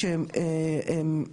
שמכל מיני סיבות כאלה ואחרות,